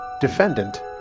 Defendant